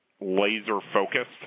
laser-focused